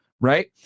Right